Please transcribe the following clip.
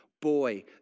Boy